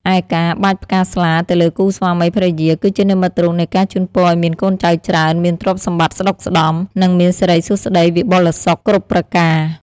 ឯការបាចផ្កាស្លាទៅលើគូស្វាមីភរិយា គឺជានិមិត្តរូបនៃការជូនពរឱ្យមានកូនចៅច្រើន មានទ្រព្យសម្បត្តិស្តុកស្តម្ភ និងមានសិរីសួស្តីវិបុលសុខគ្រប់ប្រការ ។